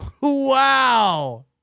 Wow